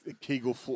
Kegel